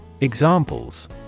Examples